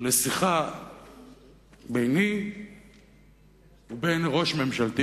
לשיחה ביני ובין ראש ממשלתי,